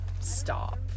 stop